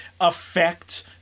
affect